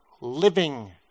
living